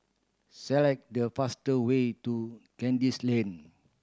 select the fast way to Kandis Lane